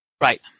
Right